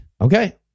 Okay